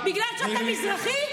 בגלל שאתה מזרחי?